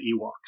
ewoks